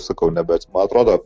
sakau ne be man atrodo